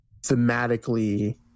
thematically